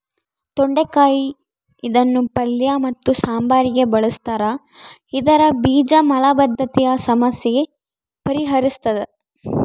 ತೊಂಡೆಕಾಯಿ ಇದನ್ನು ಪಲ್ಯ ಮತ್ತು ಸಾಂಬಾರಿಗೆ ಬಳುಸ್ತಾರ ಇದರ ಬೀಜ ಮಲಬದ್ಧತೆಯ ಸಮಸ್ಯೆ ಪರಿಹರಿಸ್ತಾದ